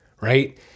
Right